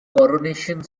coronation